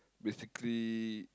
basically